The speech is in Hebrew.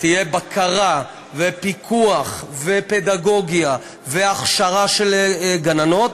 תהיה בקרה ופיקוח ופדגוגיה והכשרה של גננות,